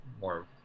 more